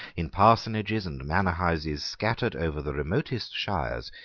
in parsonages and manor houses scattered over the remotest shires,